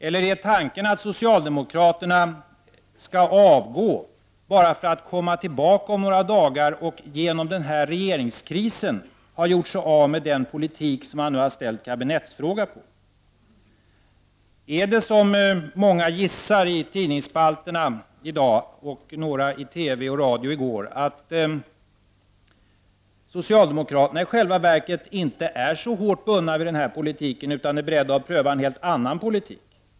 Är tanken kanske i stället att socialdemokraterna skall avgå, bara för att komma till baka om några dagar och genom den här regeringskrisen ha gjort sig av med den politik som man nu har ställt kabinettsfråga på? Är det så som många gissar i tidningsspalterna i dag, och några gjorde i TV och radio i går, att socialdemokraterna i själva verket inte är så hårt bundna av den här politiken utan är beredda att pröva en helt annan politik?